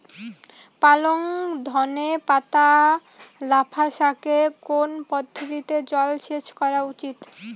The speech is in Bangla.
পালং ধনে পাতা লাফা শাকে কোন পদ্ধতিতে জল সেচ করা উচিৎ?